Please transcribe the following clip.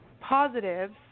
positives